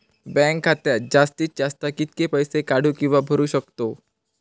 Bank खात्यात जास्तीत जास्त कितके पैसे काढू किव्हा भरू शकतो?